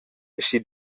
aschia